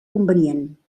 convenient